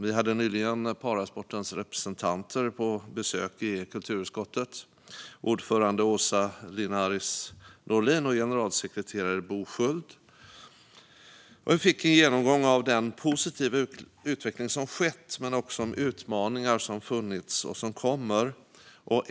Vi hade nyligen parasportens representanter på besök i kulturutskottet - ordförande Åsa Llinares Norlin och generalsekreterare Bo Sköld. Vi fick en genomgång av den positiva utveckling som har skett men också av utmaningar som funnits och som kommer.